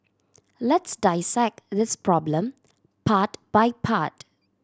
let's dissect this problem part by part